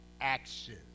action